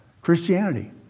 Christianity